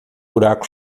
buraco